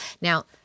Now